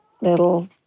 little